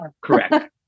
correct